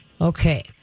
Okay